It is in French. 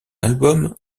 album